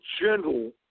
general